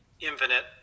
infinite